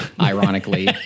ironically